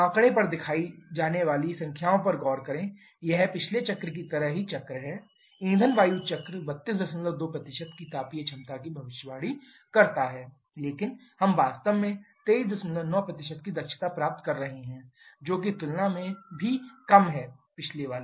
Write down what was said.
आंकड़े पर दिखाई जाने वाली संख्याओं पर गौर करें यह पिछले चक्र की तरह ही चक्र है ईंधन वायु चक्र 322 की तापीय क्षमता की भविष्यवाणी करता है लेकिन हम वास्तव में 239 की दक्षता प्राप्त कर रहे हैं जो कि तुलना में भी कम है पिछला वाला